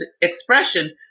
expression